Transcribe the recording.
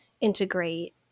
integrate